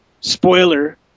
spoiler